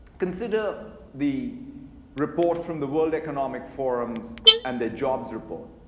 consider the report from the world economic forums and the jobs report.